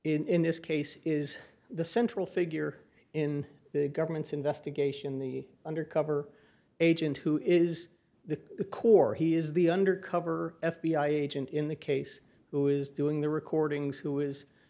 in this case is the central figure in the government's investigation the undercover agent who is the core he is the undercover f b i agent in the case who is doing the recordings who is